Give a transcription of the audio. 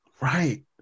right